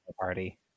party